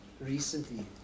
recently